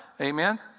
Amen